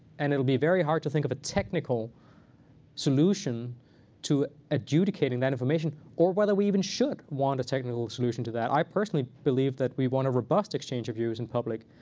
and it will be very hard to think of a technical solution to adjudicating that information, or whether we even should want a technical solution to that. i personally believe that we want a robust exchange of views in public.